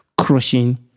crushing